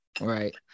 right